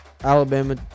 Alabama